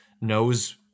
knows